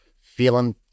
feeling